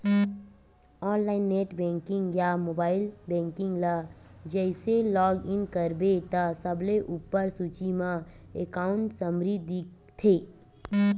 online net banking या mobile banking ल जइसे लॉग इन करबे त सबले उप्पर सूची म एकांउट समरी दिखथे